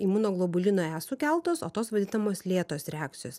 imunoglobulino e sukeltos o tos vadinamos lėtos reakcijos